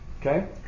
Okay